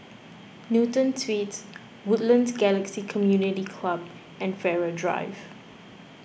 Newton Suites Woodlands Galaxy Community Club and Farrer Drive